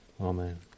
Amen